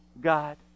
God